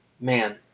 Man